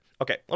Okay